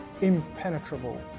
impenetrable